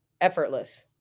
effortless